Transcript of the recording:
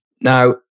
Now